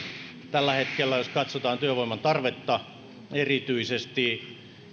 tällä hetkellä jos katsotaan työvoiman tarvetta erityisesti